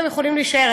הם יכולים להישאר,